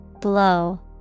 Blow